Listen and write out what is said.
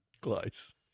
Close